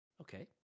okay